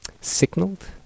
signaled